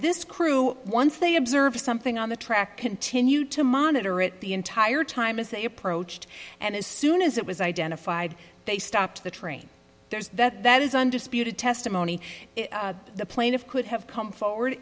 this crew once they observed something on the track continue to monitor it the entire time as they approached and as soon as it was identified they stopped the train there is that that is undisputed testimony the plaintiff could have come forward